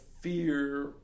fear